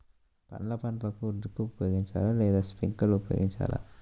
పండ్ల పంటలకు డ్రిప్ ఉపయోగించాలా లేదా స్ప్రింక్లర్ ఉపయోగించాలా?